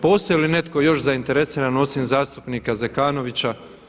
Postoji li netko još zainteresiran osim zastupnika Zekanovića?